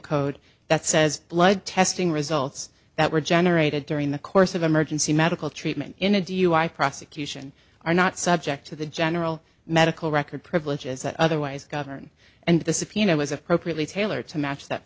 code that says blood testing results that were generated during the course of emergency medical treatment in a dui prosecution are not subject to the general medical record privileges that otherwise govern and the subpoena was appropriately tailored to match that